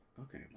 Okay